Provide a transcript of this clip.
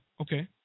okay